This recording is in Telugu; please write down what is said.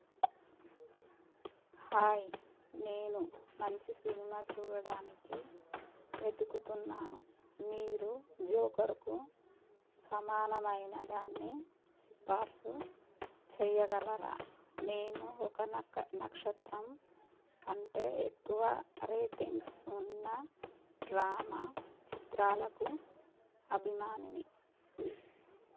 హాయ్ నేను మంచి సినిమా చూడడానికి వెతుకుతున్నాను మీరు జోకర్కు సమానమైనదాన్ని సిఫార్సు చెయ్యగలరా నేను ఒక నక్షత్రం కంటే ఎక్కువ రేటింగ్స్ ఉన్న డ్రామా చిత్రాలకు అభిమానిని